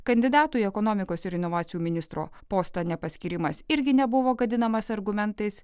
kandidatų į ekonomikos ir inovacijų ministro postą nepaskyrimas irgi nebuvo gadinamas argumentais